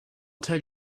tell